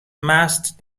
مست